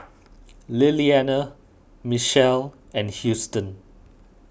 Lillianna Michel and Houston